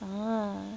ah